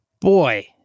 boy